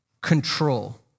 control